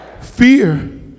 fear